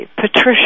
Patricia